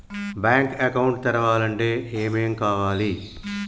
Bank account తెరవాలంటే ఏమేం కావాలి?